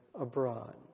abroad